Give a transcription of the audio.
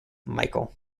michael